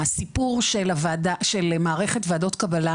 הסיפור של מערכת ועדות קבלה,